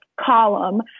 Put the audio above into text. column